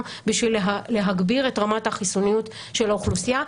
בשביל להגביר את רמת החיסוניות של האוכלוסייה,